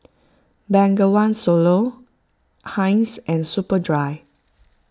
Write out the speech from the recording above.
Bengawan Solo Heinz and Superdry